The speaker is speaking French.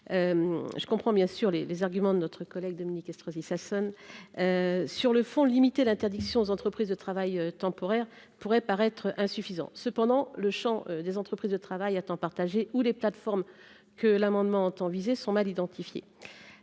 je comprends bien sûr les les arguments de notre collègue Dominique Estrosi Sassone. Sur le fond, limiter l'interdiction aux entreprises de travail temporaire pourrait paraître insuffisant cependant le champs des entreprises de travail à temps partagé ou des plateformes que l'amendement visés sont mal identifiés